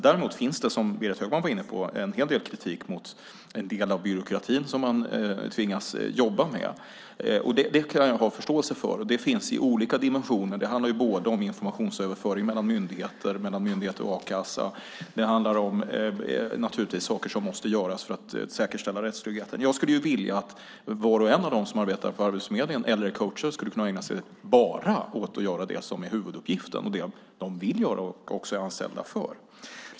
Däremot finns det, som Berit Högman var inne på, en hel del kritik mot en del av byråkratin som man tvingas jobba med. Det kan jag ha förståelse för. Det finns i olika dimensioner. Det handlar om informationsöverföring mellan myndigheter och mellan myndigheter och a-kassa. Det handlar om saker som måste göras för att säkerställa rättstryggheten. Jag skulle vilja att var och en av dem som arbetar på Arbetsförmedlingen eller som är coacher skulle kunna ägna sig bara åt att göra det som är huvuduppgiften, det de vill göra och som de också är anställda för.